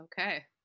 Okay